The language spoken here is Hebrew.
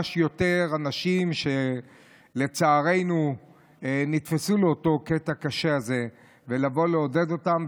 שיותר אנשים שלצערנו נתפסו לאותו קטע קשה ולעודד אותם.